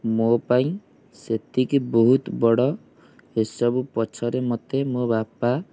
ମୋ ପାଇଁ ସେତିକି ବହୁତ ବଡ଼ ଏସବୁ ପଛରେ ମୋତେ ମୋ ବାପା